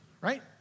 Right